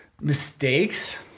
mistakes